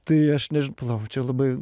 tai aš než palau čia labai